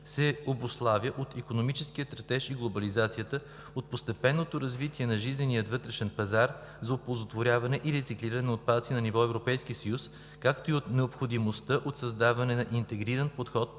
се обуславя от икономическия растеж и глобализацията, от постепенното развитие на жизнен вътрешен пазар за оползотворяване и рециклиране на отпадъци на ниво Европейски съюз, както и от необходимостта от създаване на интегрирана и подходяща